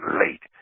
late